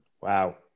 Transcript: Wow